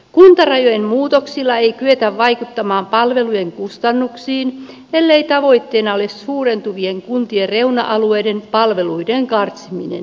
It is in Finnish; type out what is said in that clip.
kuntarajojen muutoksilla ei kyetä vaikuttamaan palvelujen kustannuksiin ellei tavoitteena ole suurentuvien kuntien reuna alueiden palveluiden karsiminen